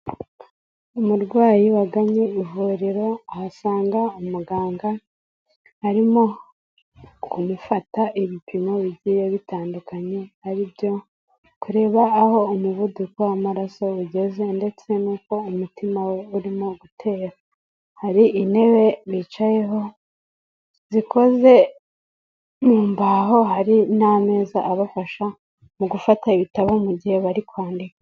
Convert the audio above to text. Umurwayi wagannye ivuriro, ahasanga umuganga, arimo kumufata ibipimo bigiye bitandukanye ari byo, kureba aho umuvuduko w'amaraso ugeze ndetse n'uko umutima we urimo gutera, hari intebe bicayeho zikoze mu mbaho, hari n'amezaza abafasha mu gufata ibitabo mu gihe bari kwandika.